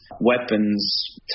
weapons